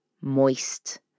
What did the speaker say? moist